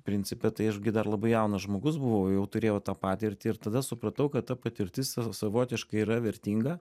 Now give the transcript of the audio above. principe tai aš gi dar labai jaunas žmogus buvau jau turėjau tą patirtį ir tada supratau kad ta patirtis savotiškai yra vertinga